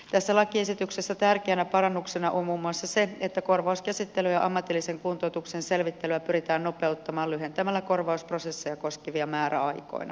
tässä lakiesityksessä tärkeänä parannuksena on muun muassa se että korvauskäsittelyä ja ammatillisen kuntoutuksen selvittelyä pyritään nopeuttamaan lyhentämällä korvausprosesseja koskevia määräaikoja